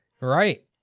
right